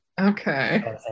Okay